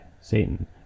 satan